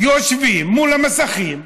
יושבים מול המסכים,